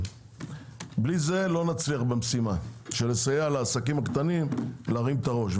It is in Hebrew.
בלי זה לא נצליח במשימה לסייע לעסקים הקטנים להרים את הראש.